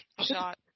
shot